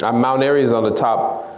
um mount airy is on the top,